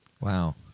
Wow